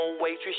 waitress